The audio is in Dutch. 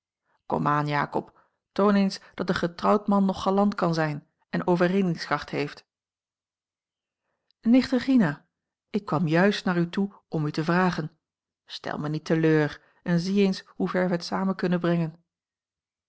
aan jakob toon eens dat een getrouwd man nog galant kan zijn en overredingskracht heeft nicht regina ik kwam juist naar u toe om u te vragen stel me niet teleur en zie eens hoe ver wij t samen kunnen brengen